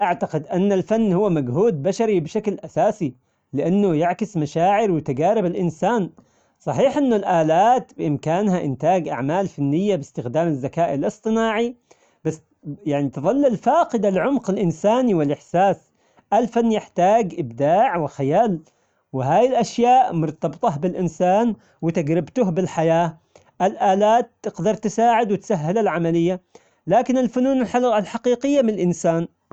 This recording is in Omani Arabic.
أعتقد أن الفن هو مجهود بشري بشكل أساسي، لأنه يعكس مشاعر وتجارب الإنسان، صحيح أنه الآلات بإمكانها إنتاج أعمال فنية بإستخدام الذكاء الإصطناعي بس يع- يعني تظل الفاقدة العمق الإنساني والإحساس، الفن يحتاج إبداع وخيال وهالأشياء مرتبطة بالإنسان وتجربته بالحياة، الآلات تقدر تساعد وتسهل العملية، لكن الفنون الح- الحقيقية من الإنسان.